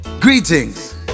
Greetings